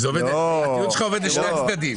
הטיעון שלך עובד לשני הצדדים.